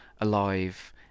alive